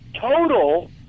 total